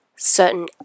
Certain